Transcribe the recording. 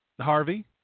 Harvey